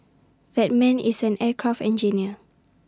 that man is an aircraft engineer